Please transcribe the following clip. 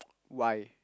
why